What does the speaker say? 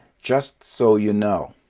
just so you know.